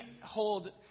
hold